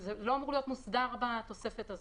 זה לא אמור להיות מוסדר בתוספת הזאת.